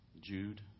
Jude